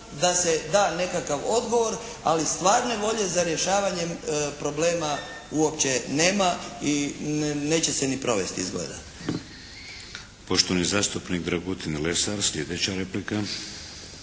da se da nekakav odgovor ali stvarne volje za rješavanjem problema uopće nema i neće se ni provesti izgleda. **Šeks, Vladimir (HDZ)** Poštovani zastupnik Dragutin Lesar slijedeća replika.